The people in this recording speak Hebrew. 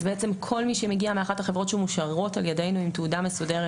אז כול מי שמגיע מאחת החברות שמאושרות על-ידינו עם תעודה מסודרת,